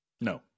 no